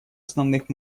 основных